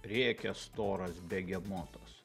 rėkia storas begemotas